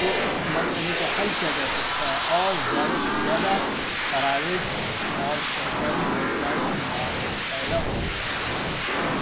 تو اس مسئلے کو حل کیا جا سکتا ہے اور زیادہ سے زیادہ پرائیویٹھ اور سرکاری روزگار کے مواقع پیدا ہو سکتے ہیں